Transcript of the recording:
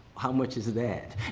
how much is that?